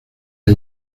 las